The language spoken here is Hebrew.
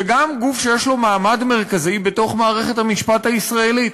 וגם גוף שיש לו מעמד מרכזי במערכת המשפט הישראלית,